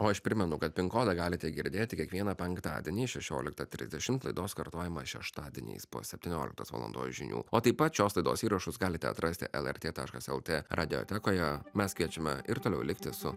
o aš primenu kad pin kodą galite girdėti kiekvieną penktadienį šešioliktą trisdešim laidos kartojimą šeštadieniais po septynioliktos valandos žinių o taip pat šios laidos įrašus galite atrasti lrt taškas lt radiotekoje mes kviečiame ir toliau likti su